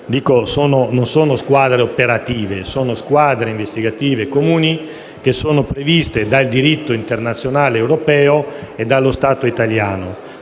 non sono squadre operative, ma squadre investigative comuni previste dal diritto internazionale europeo e dallo Stato italiano.